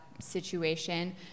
situation